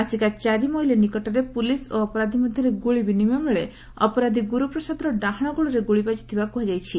ଆସିକା ଚାରିମଇଲି ନିକଟରେ ପୁଲିସ୍ ଓ ଅପରାଧୀ ମଧ୍ଧରେ ଗୁଳି ବିନିମୟବେଳେ ଅପରାଧୀ ଗୁରୁପ୍ରସାଦର ଡାହାଣ ଗୋଡ଼ରେ ଗୁଳି ବାଜିଥିବା କୁହାଯାଇଛି